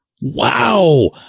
Wow